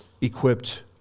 equipped